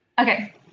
Okay